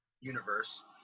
universe